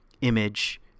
image